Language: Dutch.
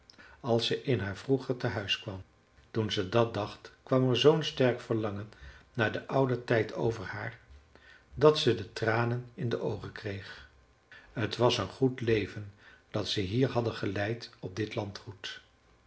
als ze in haar vroeger tehuis kwam toen ze dat dacht kwam er zoo'n sterk verlangen naar den ouden tijd over haar dat ze de tranen in de oogen kreeg t was een goed leven dat ze hier hadden geleid op dit landgoed